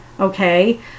Okay